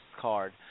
card